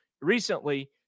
recently